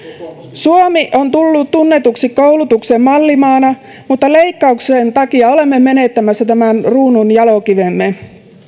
suomi on tullut tunnetuksi koulutuksen mallimaana mutta leikkauksien takia olemme menettämässä tämän kruununjalokivemme